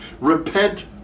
Repent